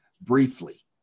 briefly